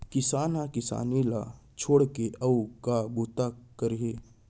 किसान ह किसानी ल छोड़ के अउ का बूता करही